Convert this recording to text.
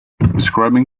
describing